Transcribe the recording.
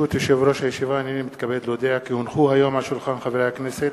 19 בעד, שלושה מתנגדים,